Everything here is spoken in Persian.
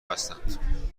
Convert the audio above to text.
هستند